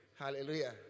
Hallelujah